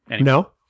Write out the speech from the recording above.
No